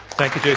thank you,